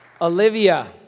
Olivia